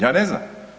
Ja ne znam.